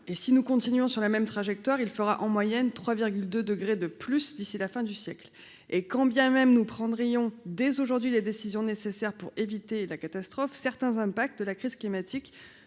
et si nous continuons sur la même trajectoire, il fera en moyenne 3,2 degrés de plus d'ici la fin du siècle, et quand bien même nous prendrions des aujourd'hui les décisions nécessaires pour éviter la catastrophe, certains impacts de la crise climatique